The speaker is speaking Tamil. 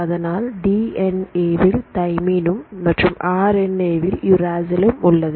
அதனால் டி என் ஏ வில் தை மீனும் மற்றும் ஆர் என் ஏ வில் யூராசியிலும் உள்ளது